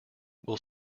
will